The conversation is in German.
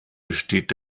besteht